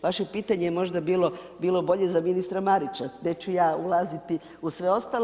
Vaše pitanje je možda bilo bolje za ministra Marića, neću ja ulaziti u sve ostalo.